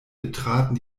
betraten